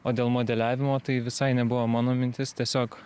o dėl modeliavimo tai visai nebuvo mano mintis tiesiog